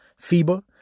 FIBA